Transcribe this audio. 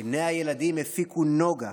עיני הילדים הפיקו נוגה